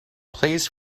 plays